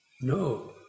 No